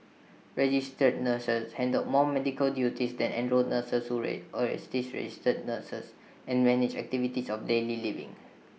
registered nurses handle more medical duties than enrolled nurses who ray assist registered nurses and manage activities of daily living